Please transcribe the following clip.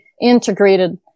integrated